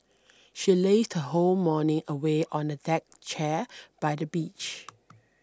she lazed her whole morning away on a deck chair by the beach